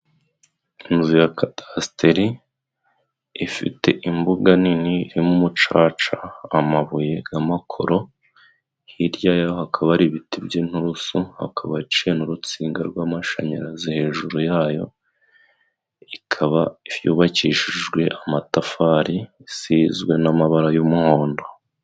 Inzu ya kadasiteri ifite imbuga nini irimo umucaca, amabuye g'amakoro, hirya yaho hakaba hari ibiti by'inturusu hakaba haciye n'urutsinga rw'amashanyarazi hejuru yayo, ikaba yubakishijwe amatafari, isizwe n'amabara y'umuhondo.